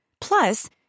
Plus